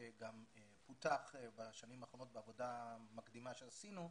שגם פותח בשנים האחרונות בעבודה מקדימה שעשינו,